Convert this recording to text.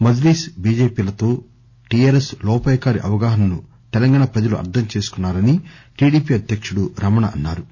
Majlis BJP లతో TRS లోపాయికారి అవగాహన ను తెలంగాణ ప్రజలు అర్గం చేసుకొన్నా రని టిడిపి అధ్యకుడు రమణ అన్నా రు